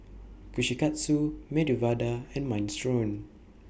Kushikatsu Medu Vada and Minestrone